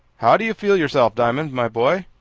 how do you feel yourself, diamond, my boy?